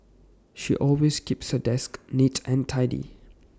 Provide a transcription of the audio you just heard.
she always keeps her desk neat and tidy